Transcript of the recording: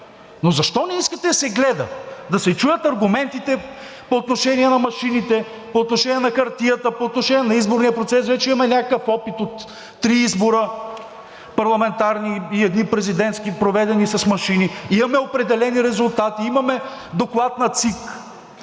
Но защо не искате да се гледа, да се чуят аргументите по отношение на машините, по отношение на хартията, по отношение на изборния процес?! Вече имаме някакъв опит от три парламентарни избора и един президентски, проведени с машини. Имаме определени резултати, имаме доклад на ЦИК,